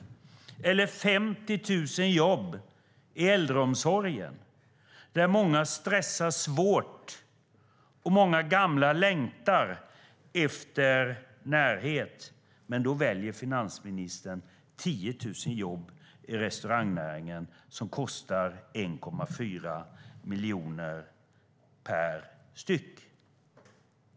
Samma resurser hade gett 50 000 jobb i äldreomsorgen där många stressar svårt, och många gamla längtar efter närhet. Men finansministern väljer 10 000 jobb i restaurangnäringen som kostar 1,4 miljoner styck.